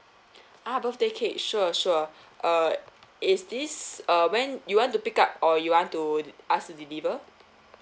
ah birthday cake sure sure uh is this uh when you want to pick up or you want to us to deliver